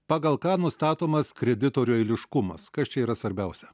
pagal ką nustatomas kreditorių eiliškumas kas čia yra svarbiausia